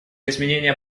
изменения